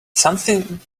something